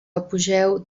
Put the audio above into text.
apogeu